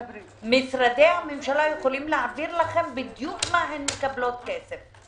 משרדי הממשלה יכולים להעביר לכם בדיוק מה הן מקבלות כסף.